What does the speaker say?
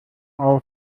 auf